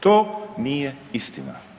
To nije istina.